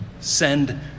send